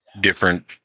different